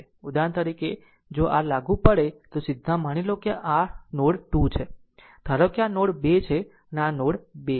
ઉદાહરણ તરીકે જો r લાગુ પડે તો સીધા માની લો કે આ નોડ 2 છે ધારો કે આ નોડ 2 છે આ r નોડ 2 છે